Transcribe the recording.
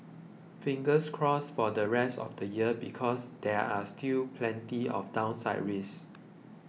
fingers crossed for the rest of the year because there are still plenty of downside risks